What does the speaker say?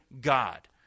God